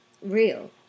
real